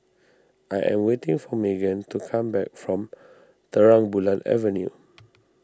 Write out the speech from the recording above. I am waiting for Magen to come back from Terang Bulan Avenue